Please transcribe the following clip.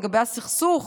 לגבי הסכסוך